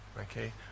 okay